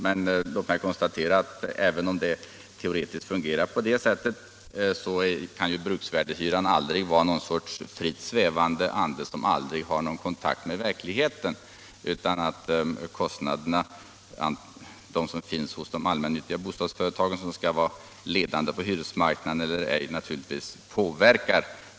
Men låt mig konstatera att även om det teoretiskt fungerar såsom herr Bergman säger, kan ju bruksvärdeshyran aldrig vara någon sorts fritt svävande ande som inte har kontakt med verkligheten. De kostnader som finns hos de allmännyttiga bostadsföretagen, som skall vara ledande på hyresmarknaden, påverkar naturligtvis hyran.